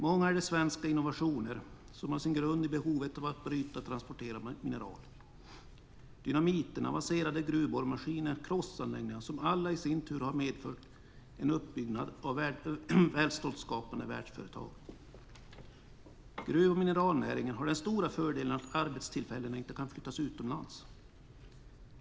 Många är de svenska innovationer som har sin grund i behovet av att bryta och transportera mineral. Dynamit, avancerade gruvborrmaskiner och krossanläggningar har alla i sin tur medfört en uppbyggnad av välståndsskapande världsföretag. Gruv och mineralnäringen har den stora fördelen att arbetstillfällena inte kan flyttas utomlands.